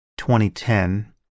2010